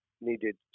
needed